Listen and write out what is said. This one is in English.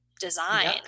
design